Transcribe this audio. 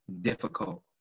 difficult